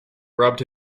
rubbed